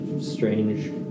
strange